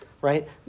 right